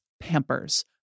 Pampers